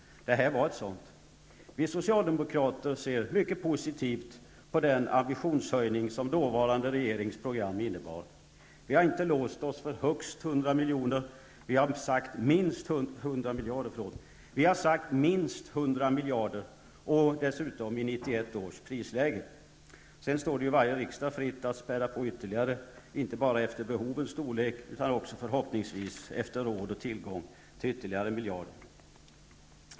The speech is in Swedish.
Det här var ett sådant. Vi socialdemokrater ser mycket positivt på den ambitionshöjning som den dåvarande regeringens program innebar. Vi har inte låst oss för högst 100 miljarder, vi har sagt minst 100 miljarder, och dessutom i 1991 års prisläge. Sedan står det ju varje riksdag fritt att späda på ytterligare, inte bara efter behovens storlek utan också förhoppningsvis efter råd och tillgång till ytterligare miljarder.